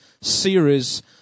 series